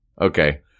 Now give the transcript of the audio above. Okay